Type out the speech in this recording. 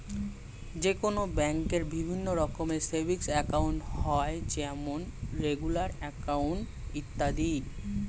যে কোনো ব্যাঙ্কে বিভিন্ন রকমের সেভিংস একাউন্ট হয় যেমন রেগুলার অ্যাকাউন্ট, ইত্যাদি